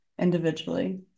individually